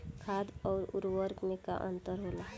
खाद्य आउर उर्वरक में का अंतर होला?